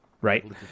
right